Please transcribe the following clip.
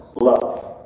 love